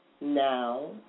now